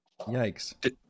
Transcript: Yikes